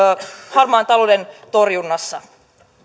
harmaan talouden torjunnassa